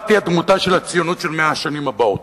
תהיה דמותה של הציונות של 100 השנים הבאות.